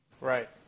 Right